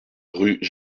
rue